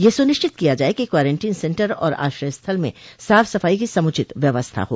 यह सुनिश्चित किया जाए कि क्वारंटीन सेन्टर और आश्रय स्थल में साफ सफाई की समुचित व्यवस्था हो